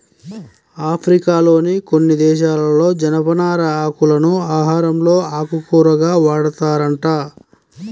ఆఫ్రికాలోని కొన్ని దేశాలలో జనపనార ఆకులను ఆహారంలో ఆకుకూరగా వాడతారంట